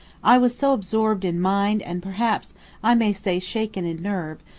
i was so absorbed in mind and perhaps i may say shaken in nerve,